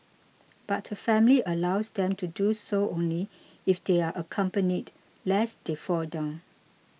but her family allows them to do so only if they are accompanied lest they fall down